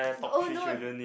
oh no